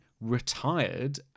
Retired